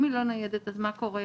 אם היא לא ניידת אז מה קורה?